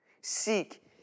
Seek